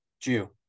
Jew